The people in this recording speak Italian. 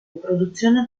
riproduzione